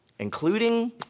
including